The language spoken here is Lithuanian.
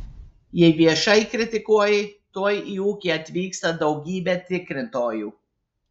jei viešai kritikuoji tuoj į ūkį atvyksta daugybė tikrintojų